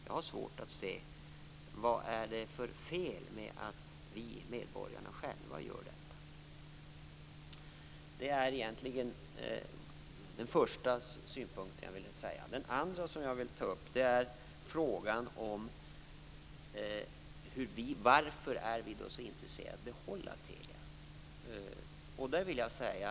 Jag har svårt att se vad det är för fel med att vi, medborgarna själva, gör detta. Det är min första synpunkt. Det andra jag vill ta upp är frågan om varför vi är så intresserade av att behålla Telia.